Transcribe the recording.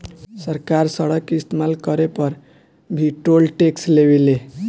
सरकार सड़क के इस्तमाल करे पर भी टोल टैक्स लेवे ले